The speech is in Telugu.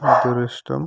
అదృష్టం